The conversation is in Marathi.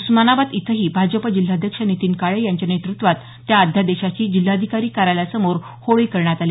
उस्मानाबाद इथंही भाजप जिल्हाध्यक्ष नितीन काळे यांच्या नेतृत्वात त्या अध्यादेशाची जिल्हाधिकारी कार्यालयासमोर होळी करण्यात आली